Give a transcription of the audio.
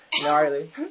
gnarly